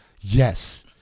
yes